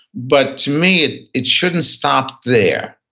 but to me it shouldn't stop there,